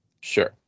Sure